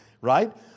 right